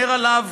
אומר עליו,